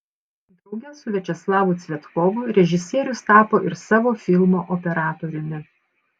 drauge su viačeslavu cvetkovu režisierius tapo ir savo filmo operatoriumi